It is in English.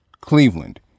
Cleveland